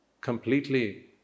completely